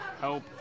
help